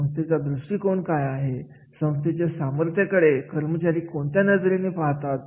संस्थेचा दृष्टिकोण काय आहे संस्थेच्या सामर्थ्य कडे कर्मचारी कोणत्या नजरेने पाहतात